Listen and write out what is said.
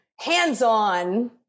hands-on